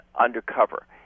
undercover